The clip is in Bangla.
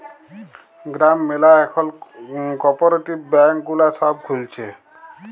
গ্রাম ম্যালা এখল কপরেটিভ ব্যাঙ্ক গুলা সব খুলছে